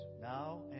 now